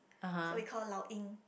so we call her Lao-Ying